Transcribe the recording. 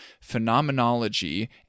phenomenology